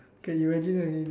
can imagine already